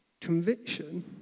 conviction